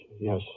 yes